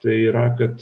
tai yra kad